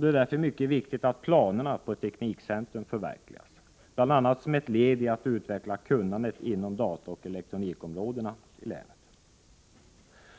Det är därför mycket viktigt att planerna på ett teknikcentrum förverkligas, bl.a. som ett led i att utveckla kunnandet inom dataoch elektronikområdena i länet.